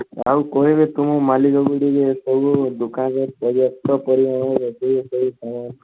ଆଉ କହିବ ତୁମ ମାଲିକ କୁ ଟିକେ କହିବ ଦୋକାନ ରେ ସବୁ